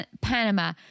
Panama